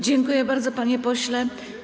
Dziękuję bardzo, panie pośle.